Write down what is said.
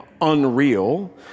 unreal